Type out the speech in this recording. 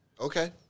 Okay